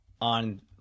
on